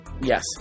Yes